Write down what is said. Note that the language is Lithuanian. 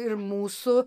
ir mūsų